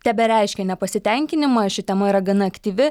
tebereiškia nepasitenkinimą ši tema yra gana aktyvi